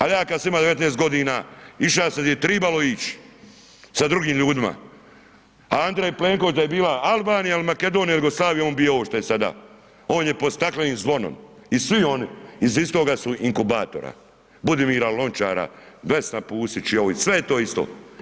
Ali ja kad sam imao 19 g. išao sam di je trebalo ić sa drugim ljudima a Andrej Plenković da je bila Albanija ili Makedonija ili Jugoslavija, on bi bio ovo što je sada, on je pod staklenim zvonom i svi oni iz istoga su inkubatora, Budimira Lončara, Vesna Pusić i ovi, sve je to isto.